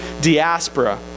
diaspora